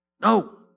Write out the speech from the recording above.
No